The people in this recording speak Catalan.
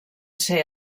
ser